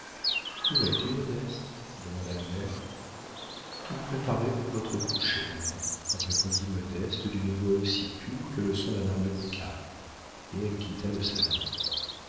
où vas-tu modeste demanda la mère tout préparer pour votre coucher maman répondit modeste d'une voix aussi pure que le son d'un harmonica et elle quitta le salon